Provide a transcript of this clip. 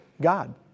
God